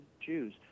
Jews